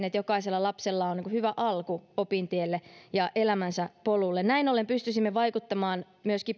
että jokaisella lapsella on hyvä alku opintielle ja elämänsä polulle näin ollen pystyisimme vaikuttamaan